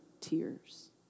tears